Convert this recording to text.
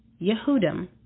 Yehudim